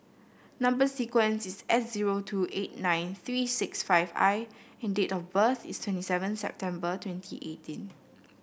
number sequence is S zero two eight nine three six five I and date of birth is twenty seven September twenty eighteen